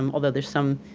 um although there's some,